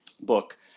book